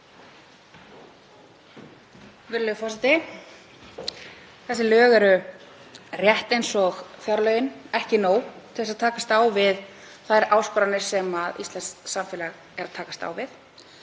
Virðulegur forseti. Þessi lög eru rétt eins og fjárlögin, ekki nóg til að takast á við þær áskoranir sem íslenskt samfélag er að takast á við.